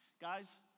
Guys